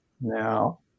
Now